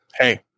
Hey